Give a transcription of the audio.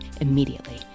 immediately